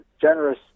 generous